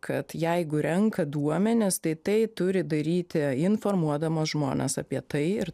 kad jeigu renka duomenis tai tai turi daryti informuodama žmones apie tai ir